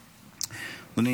אדוני,